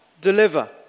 deliver